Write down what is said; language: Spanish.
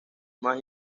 más